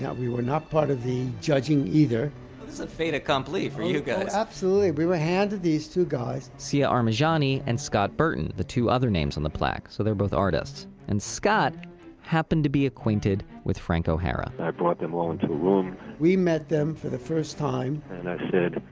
yeah we were not part of the judging either this was a fait accompli for you guys! absolutely! we were handed these two guys siah armajani and scott burton, the two other names on the plaques. so they're both artists, and scott happened to be acquainted with frank o'hara and i brought them all into a room we met them for the first time and i said,